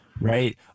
Right